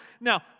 Now